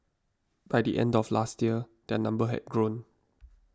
by the end of last year their number had grown